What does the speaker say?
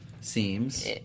Seems